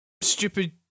stupid